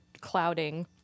clouding